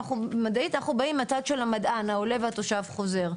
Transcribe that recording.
אנחנו באים מהצד של המדען העולה והתושב חוזר.